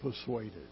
persuaded